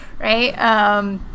Right